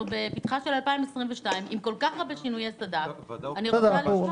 אנחנו בפתחה של 2022 עם כל כך הרבה שינויי סד"כ ואני רוצה --- אנחנו